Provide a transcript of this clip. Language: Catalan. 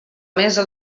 mesa